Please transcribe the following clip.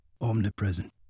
Omnipresent